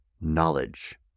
knowledge